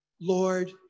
Lord